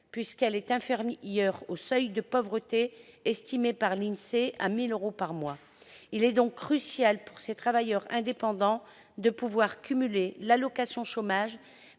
puisqu'elle est inférieure au seuil de pauvreté estimé par l'INSEE à 1 000 euros par mois. Il est donc crucial pour ces travailleurs indépendants de pouvoir cumuler l'allocation chômage